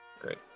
Great